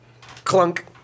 clunk